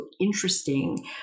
interesting